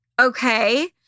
okay